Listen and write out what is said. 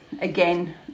again